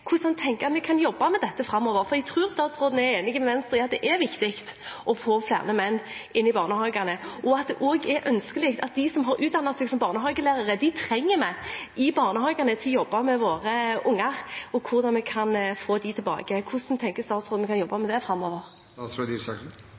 hvordan han tenker at vi kan jobbe med dette framover. For jeg tror statsråden er enig med Venstre i at det er viktig å få flere menn inn i barnehagene, og at det også er ønskelig at de som har utdannet seg som barnehagelærere, er i barnehagene for å jobbe med ungene våre. Spørsmålet er hvordan vi kan få dem tilbake. Hvordan tenker statsråden vi kan jobbe